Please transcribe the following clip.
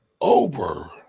Over